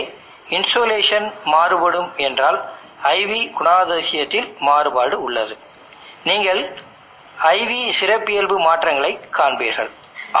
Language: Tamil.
இப்போது இன்சுலேஷன்insulation மாறுபடும் என வைத்துக்கொள்வோம் எனவே வேறுபட்ட இன்சுலேஷனுக்காக மாற்றப்பட்ட தன்மை எங்களிடம் உள்ளது